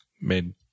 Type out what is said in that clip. made